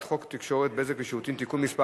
(תיקון מס'